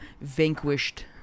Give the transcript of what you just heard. Vanquished